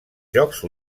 jocs